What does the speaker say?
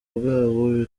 bwabo